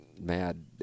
mad